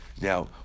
Now